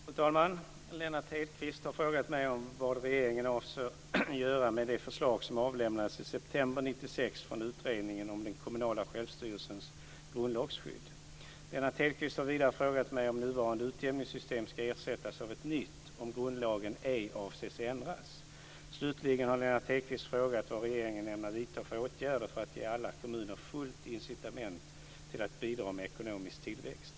Fru talman! Lennart Hedquist har frågat mig vad regeringen avser göra med det förslag som avlämnades i september 1996 från utredningen om den kommunala självstyrelsens grundlagsskydd. Lennart Hedquist har vidare frågat mig när nuvarande utjämningssystem ska ersättas av ett nytt om grundlagen ej avses ändras. Slutligen har Lennart Hedquist frågat vad regeringen ämnar vidta för åtgärder för att ge alla kommuner fullt incitament till att bidra med ekonomisk tillväxt.